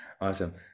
Awesome